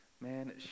man